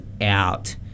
out